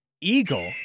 eagle